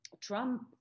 Trump